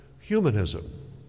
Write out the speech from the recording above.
humanism